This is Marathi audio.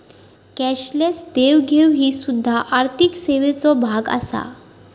कॅशलेस देवघेव ही सुध्दा आर्थिक सेवेचो भाग आसा